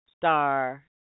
star